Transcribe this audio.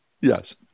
Yes